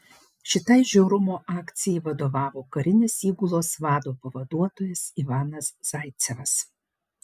šitai žiaurumo akcijai vadovavo karinės įgulos vado pavaduotojas ivanas zaicevas